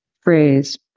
phrase